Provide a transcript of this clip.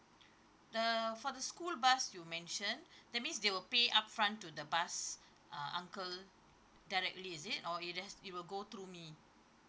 uh for the school bus you mention that means they will pay upfront to the bus uh uncle directly is it or it has it will go through me